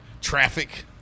traffic